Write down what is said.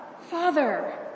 Father